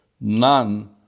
none